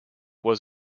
was